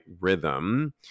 rhythm